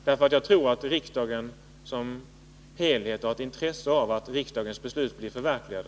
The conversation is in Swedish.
Jag tror nämligen att riksdagen som helhet har intresse av att riksdagens beslut blir förverkligade.